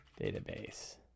Database